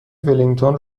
ولینگتون